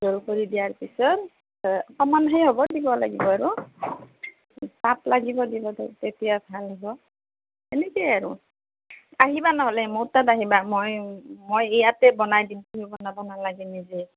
roll কৰি দিয়াৰ পিছত অকণমান সেই হ'ব দিব লাগিব আৰু তাপ লাগিব দিব ত' তেতিয়া ভাল হ'ব এনেকেই আৰু আহিবা ন'হলে মোৰ তাত আহিবা মই মই ইয়াতে বনাই দিম তুমি বনাব নালাগে নিজে